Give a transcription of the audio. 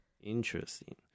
Interesting